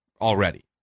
already